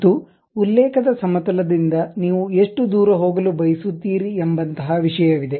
ಮತ್ತು ಉಲ್ಲೇಖದ ಸಮತಲದಿಂದ ನೀವು ಎಷ್ಟು ದೂರ ಹೋಗಲು ಬಯಸುತ್ತೀರಿ ಎಂಬಂತಹ ವಿಷಯವಿದೆ